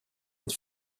and